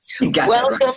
Welcome